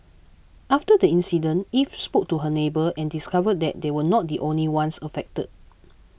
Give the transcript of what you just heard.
after the incident Eve spoke to her neighbour and discovered that they were not the only ones affected